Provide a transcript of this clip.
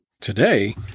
Today